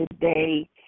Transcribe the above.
today